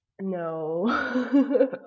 no